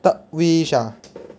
third wish ah